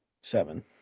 seven